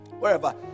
wherever